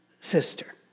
sister